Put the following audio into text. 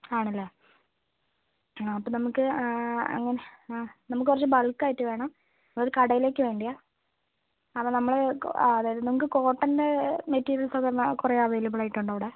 ആണല്ലേ ആ അപ്പം നമുക്ക് നമുക്ക് കുറച്ച് ബൾക്ക് ആയിട്ട് വേണം അത് കടയിലേക്ക് വേണ്ടിയാണ് അപ്പോൾ നമ്മൾ അതായത് നമുക്ക് കോട്ടൻ്റെ മെറ്റീരിയൽസ് ഒക്കെ കുറേ അവൈലബിൾ ആയിട്ടുണ്ടോ അവിടെ